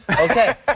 Okay